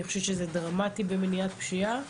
אני חושבת שזה דרמטי במניעת פשיעה,